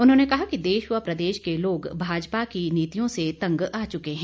उन्होंने कहा कि देश व प्रदेश के लोग भाजपा की नीतियों से तंग आ चुके हैं